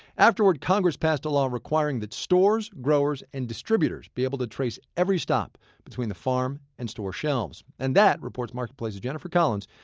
afterward, congress passed a law requiring that stores, growers and distributors be able to trace every stop between the farm and store shelves and that, reports marketplace's jennifer collins,